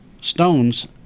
stones